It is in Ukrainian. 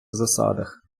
засадах